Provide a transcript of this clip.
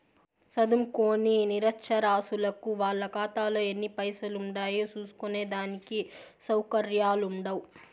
సదుంకోని నిరచ్చరాసులకు వాళ్ళ కాతాలో ఎన్ని పైసలుండాయో సూస్కునే దానికి సవుకర్యాలుండవ్